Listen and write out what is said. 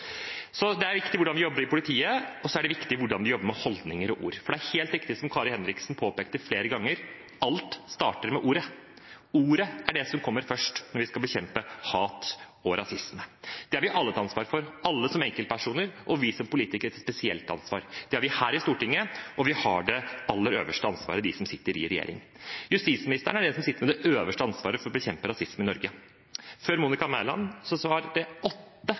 Det er viktig hvordan man jobber i politiet, og det er viktig hvordan man jobber med holdninger og ord. For det er helt riktig, som Kari Henriksen påpekte flere ganger: Alt starter med ordet. Ordet er det som kommer først når vi skal bekjempe hat og rasisme. Det har vi alle et ansvar for som enkeltpersoner, og det har vi som politikere et spesielt ansvar for. Det har vi her i Stortinget, og det aller øverste ansvaret har de som sitter i regjering. Justisministeren er den som sitter med det øverste ansvaret for å bekjempe rasisme i Norge. Før Monica Mæland var det åtte